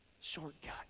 Shortcut